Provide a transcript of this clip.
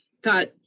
got